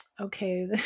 okay